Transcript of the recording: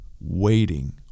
waiting